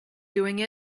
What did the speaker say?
doing